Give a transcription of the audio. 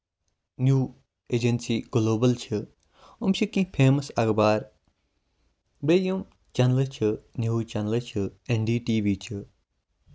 نیو agency global چھِ یِم چھِ کیٚنٛہہ فیمَس اَخبار بیٚیہِ یِم چینلہٕ چھِ نِؤز چینلہٕ چھِ این ڈی ٹی وی چھُ